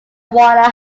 moana